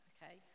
Okay